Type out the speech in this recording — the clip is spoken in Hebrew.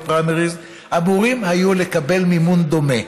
פריימריז אמורים היו לקבל מימון דומה.